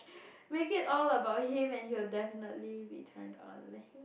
make it all about him and he will definitely be turned on